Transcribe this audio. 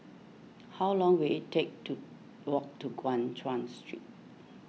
how long will it take to walk to Guan Chuan Street